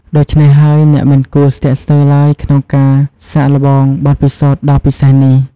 ដូច្នេះហើយ អ្នកមិនគួរស្ទាក់ស្ទើរឡើយក្នុងការសាកល្បងបទពិសោធន៍ដ៏ពិសេសនេះ។